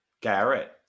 Garrett